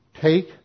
take